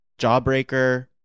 Jawbreaker-